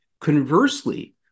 Conversely